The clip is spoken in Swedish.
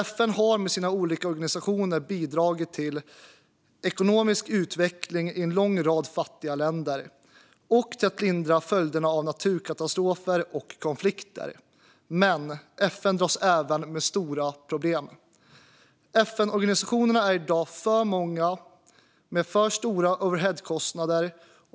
FN har med sina olika organisationer bidragit till ekonomisk utveckling i en lång rad fattiga länder och till att lindra följderna av naturkatastrofer och konflikter, men FN dras även med stora problem. FN-organisationerna är i dag för många och har för stora overheadkostnader.